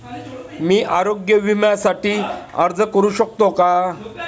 मी आरोग्य विम्यासाठी अर्ज करू शकतो का?